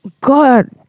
God